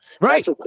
Right